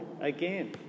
again